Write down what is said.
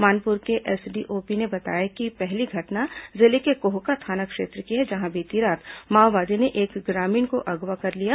मानपुर के एसडीओपी ने बताया कि पहली घटना जिले के कोहका थाना क्षेत्र की है जहां बीती रात माओवादियों ने एक ग्रामीण को अगवा कर लिया